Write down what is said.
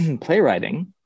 playwriting